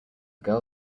girl